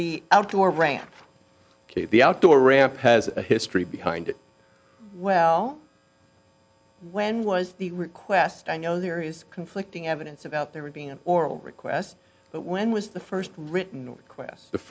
the outdoor ramp the outdoor ramp has a history behind it well when was the request i know there is conflicting evidence about there being an oral request but when was the first written